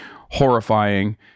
horrifying